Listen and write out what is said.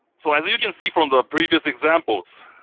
so as you can see from the previous examples,